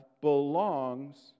belongs